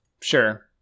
Sure